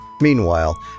Meanwhile